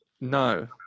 No